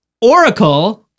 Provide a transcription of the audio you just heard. Oracle